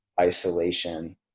isolation